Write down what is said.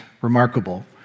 remarkable